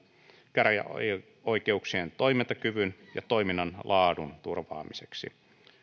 käräjäoikeuksien toimintakyvyn ja toiminnan laadun turvaamiseksi